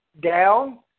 down